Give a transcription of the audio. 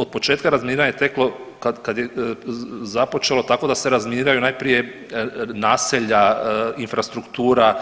Od početka razminiranje je teklo kad je započelo tako da se razminiranju najprije naselja, infrastruktura,